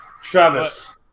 Travis